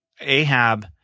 Ahab